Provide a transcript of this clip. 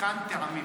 בק"ן טעמים,